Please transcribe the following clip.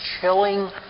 chilling